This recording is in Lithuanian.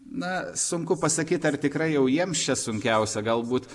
na sunku pasakyt ar tikrai jau jiems čia sunkiausia galbūt